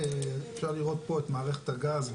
אפשר לראות פה את מערכת הגז.